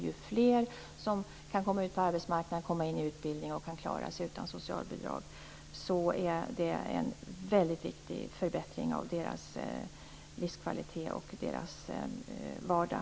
Om fler kan komma ut på arbetsmarknaden, komma in i utbildning och klara sig utan socialbidrag är det en väldigt viktig förbättring av deras livskvalitet och vardag.